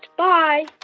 bye